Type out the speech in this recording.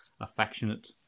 affectionate